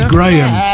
Graham